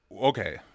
Okay